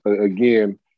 again